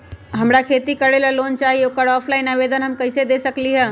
हमरा खेती करेला लोन चाहि ओकर ऑफलाइन आवेदन हम कईसे दे सकलि ह?